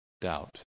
doubt